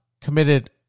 committed